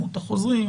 מספר החוזרים,